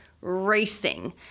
racing